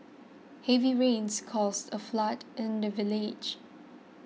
heavy rains caused a flood in the village